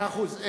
מאה אחוז.